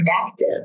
productive